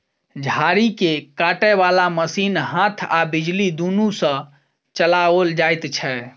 झाड़ी के काटय बाला मशीन हाथ आ बिजली दुनू सँ चलाओल जाइत छै